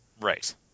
Right